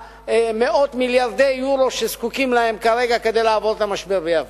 מאות מיליארדי יורו שזקוקים להם כרגע כדי לעבור את המשבר ביוון.